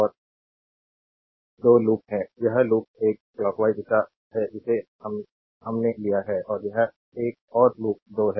और 2 लूप हैं यह लूप 1 क्लॉकवाइज दिशा है जिसे हमने लिया है और यह एक और लूप 2 है